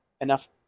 enough